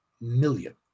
million